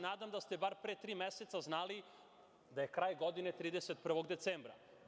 Nadam se da ste bar pre tri meseca znali da je kraj godine 31. decembra.